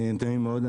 נעים מאוד,